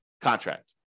contract